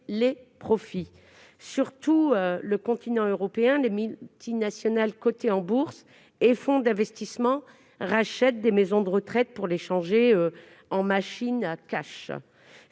les profits. Sur tout le continent européen, des multinationales cotées en Bourse et des fonds d'investissement rachètent des maisons de retraite pour les transformer en machines à cash.